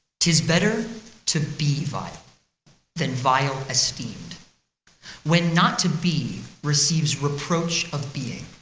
tis better to be vile than vile esteemed when not to be receives reproach of being,